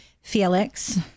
Felix